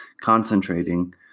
concentrating